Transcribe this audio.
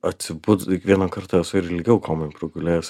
atsibudus ik vieną kartą esu ir ilgiau komoj pragulėjęs